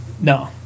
No